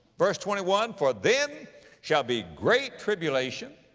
verse twenty one, for then shall be great tribulation,